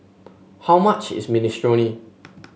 how much is Minestrone